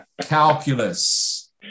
calculus